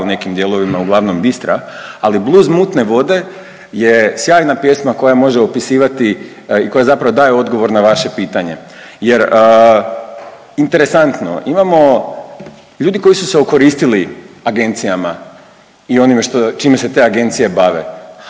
u nekim dijelovima uglavnom bistra, ali Bluz mutne vode je sjajna pjesma koja može opisivati i koja zapravo daje odgovor na vaše pitanje. Jer interesantno, imamo ljudi koji su se okoristili agencijama i onime što, čime se te agencije bave,